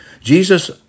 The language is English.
Jesus